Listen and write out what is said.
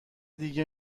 دیگه